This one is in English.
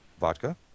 vodka